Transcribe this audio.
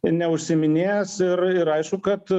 neužsiiminės ir ir aišku kad